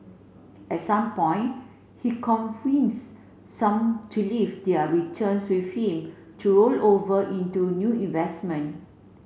at some point he convince some to leave their returns with him to roll over into new investment